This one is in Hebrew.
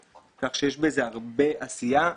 כך שיש בזה הרבה עשייה.